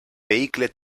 vehicle